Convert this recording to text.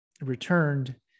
returned